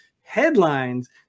headlines